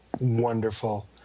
wonderful